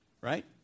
Right